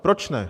Proč ne?